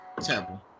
Terrible